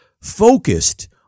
focused